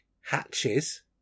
hatches